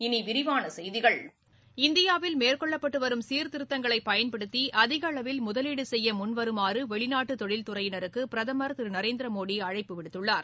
இனி விரிவான செய்திகள் இந்தியாவில் மேற்கொள்ளப்பட்டு வரும் சீர்த்திருத்தங்களை பயன்படுத்தி அதிகளவில் முதலீடு செய்ய முன்வருமாறு வெளிநாட்டு தொழில் துறையினருக்கு பிரதுர் திரு நரேந்திர மோடி அழைப்பு விடுத்துள்ளார்